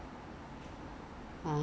like more um